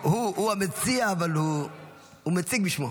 לא, הוא המציע, אבל הוא מציג בשמו.